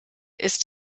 ist